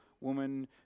woman